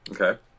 Okay